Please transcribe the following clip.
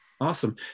awesome